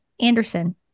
Anderson